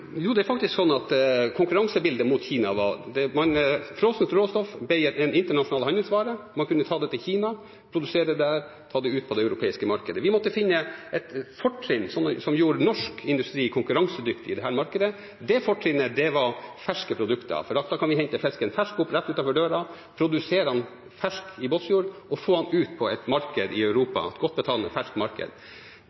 Jo, det er faktisk sånn at konkurransebildet mot Kina var slik at frosset råstoff ble en internasjonal handelsvare, man kunne ta det til Kina, produsere der og ta det ut på det europeiske markedet. Vi måtte finne et fortrinn som gjorde norsk industri konkurransedyktig i dette markedet. Det fortrinnet var ferske produkter, for da kan vi hente opp fisken fersk rett utenfor døra, produsere den fersk i Båtsfjord og få den ut på et marked i